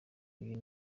uyu